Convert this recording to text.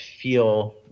feel